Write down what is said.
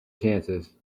chances